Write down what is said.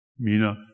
Mina